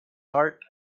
heart